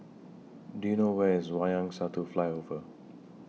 Do YOU know Where IS Wayang Satu Flyover